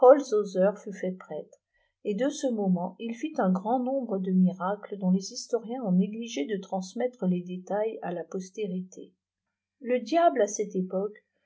fut fait prêtre et dès ce moment il fit un grand nombre de miï cle dont les historiens ont négligé de transmettre les détails à la postérité la diable à cette époque